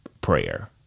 prayer